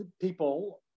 people